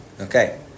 Okay